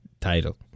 title